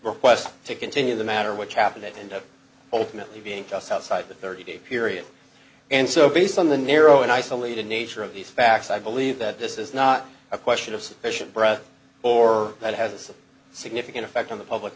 request to continue the matter which happened and ultimately being just outside the thirty day period and so based on the narrow and isolated nature of these facts i believe that this is not a question of sufficient breath or that has a significant effect on the public